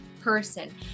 person